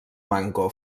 manco